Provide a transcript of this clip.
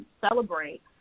celebrate